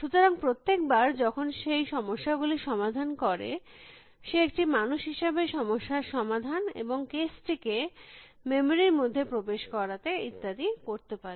সুতরাং প্রত্যেক বার যখন সে সমস্যা গুলির সমাধান করে সে একটি মানুষ হিসাবে সমস্যার সমাধান এবং কেস টিকে মেমরি মেমরি র মধ্যে প্রবেশ করাতে ইত্যাদি করতে পারে